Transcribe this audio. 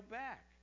back